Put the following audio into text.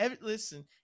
Listen